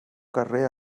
carrer